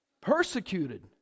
persecuted